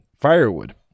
firewood